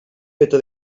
feta